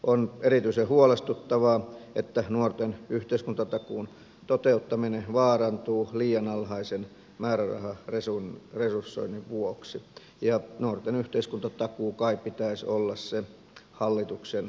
on erityisen huolestuttavaa että nuorten yhteiskuntatakuun toteuttaminen vaarantuu liian alhaisen määräraharesursoinnin vuoksi ja nuorten yhteiskuntatakuun kai pitäisi olla se hallituksen kärkihanke